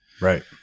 Right